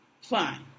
Fine